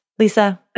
Lisa